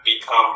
become